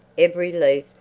every leaf,